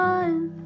one